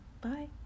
bye